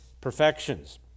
perfections